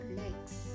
legs